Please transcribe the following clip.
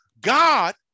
God